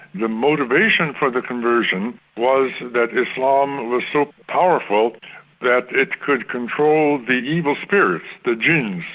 the motivation for the conversion was that islam was so powerful that it could control the evil spirits, the gins,